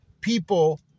people